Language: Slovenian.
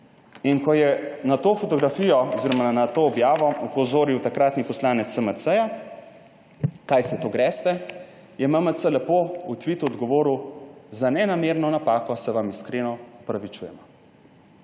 In ko je na to fotografijo oziroma na to objavo opozoril takratni poslanec SMC, kaj se to greste, je MMC lepo v tvitu odgovoril: »Za nenamerno napako se vam iskreno opravičujemo.«